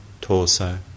torso